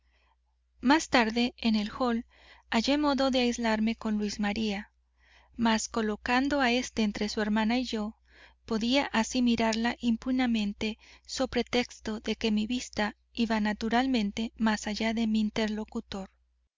más tarde en el hall hallé modo de aislarme con luis maría mas colocando a éste entre su hermana y yo podía así mirarla impunemente so pretexto de que mi vista iba naturalmente más allá de mi interlocutor